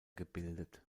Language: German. gebildet